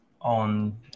on